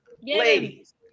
ladies